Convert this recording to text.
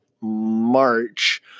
March